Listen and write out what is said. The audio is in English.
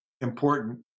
important